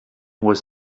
was